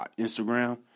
Instagram